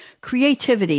creativity